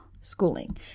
schooling